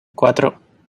cuatro